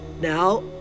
Now